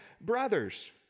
brothers